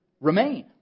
Remain